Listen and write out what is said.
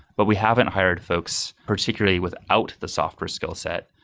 but we haven't hired folks particularly without the software skillset.